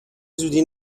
زودی